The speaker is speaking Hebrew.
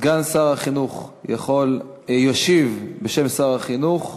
סגן שר החינוך ישיב בשם שר החינוך.